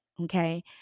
Okay